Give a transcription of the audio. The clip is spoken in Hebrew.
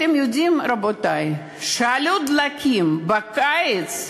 אתם יודעים, רבותי, שעלות הדלקים בקיץ,